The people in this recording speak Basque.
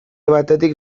batetik